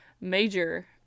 major